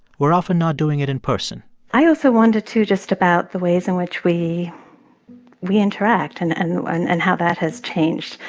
we're often not doing it in person i also wonder, too, just about the ways in which we we interact and and and and how that has changed,